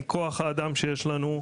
עם כוח האדם שיש לנו,